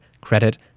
credit